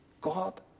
God